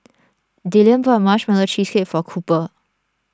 Dillion bought Marshmallow Cheesecake for Cooper